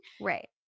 Right